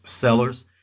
sellers